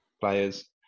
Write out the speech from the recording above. players